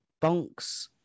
bonks